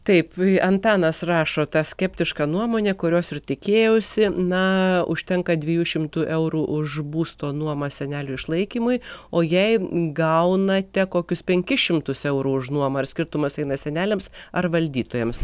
taip antanas rašo tą skeptišką nuomonę kurios ir tikėjausi na užtenka dviejų šimtų eurų už būsto nuomą senelių išlaikymui o jei gaunate kokius penkis šimtus eurų už nuomą ar skirtumas eina seneliams ar valdytojams